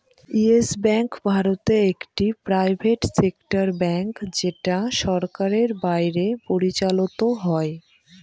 yes bank ভারতে একটি private sector bank যেটা সরকারের বাইরে পরিচালত হয়